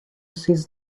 seized